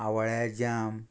आवळ्या जाम